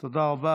תודה רבה.